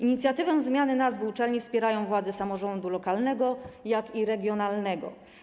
Inicjatywę zmiany nazwy uczelni wspierają władze samorządu lokalnego, jak również regionalnego.